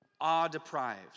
Awe-deprived